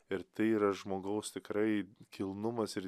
ir tai yra žmogaus tikrai kilnumas ir